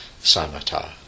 samatha